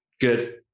Good